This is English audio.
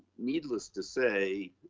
needless to say,